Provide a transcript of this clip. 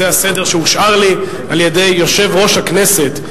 זה הסדר שהושאר לי על-ידי יושב-ראש הכנסת,